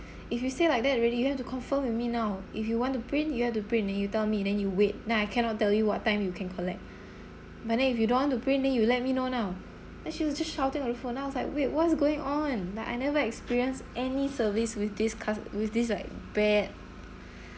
if you say like that already you have to confirm with me now if you want to print you have to print then you tell me then you wait then I cannot tell you when you can collect but then if you don't want to print then you let me know now then she was just shouting on the phone and then I was like wait what's going on but I never experience any service with this cus~ with this like bad